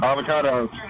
Avocados